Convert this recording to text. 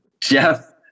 Jeff